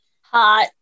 Hot